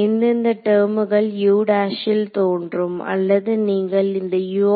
எந்தெந்த டெர்ம்கள் ல் தோன்றும் அல்லது நீங்கள் இந்த U